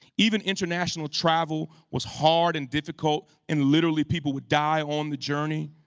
even international travel was hard and difficult and literally people would die on the journey.